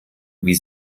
wie